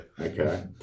Okay